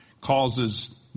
causes